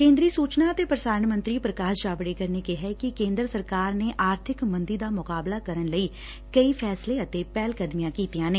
ਕੇਂਦਰੀ ਸੁਚਨਾ ਅਤੇ ਪ੍ਰਸਾਰਣ ਮੰਤਰੀ ਪ੍ਰਕਾਸ਼ ਜਾਵੜੇਕਰ ਨੇ ਕਿਹੈ ਕਿ ਕੇਂਦਰ ਸਰਕਾਰ ਨੇ ਆਰਥਿਕ ਮੰਦੀ ਦਾ ਮੁਕਾਬਲਾ ਕਰਨ ਲਈ ਕਈ ਫੈਸਲੇ ਅਤੇ ਪਹਿਲਕਦਮੀਆ ਕੀਤੀਆ ਨੇ